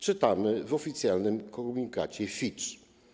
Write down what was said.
czytamy w oficjalnym komunikacie Fitch.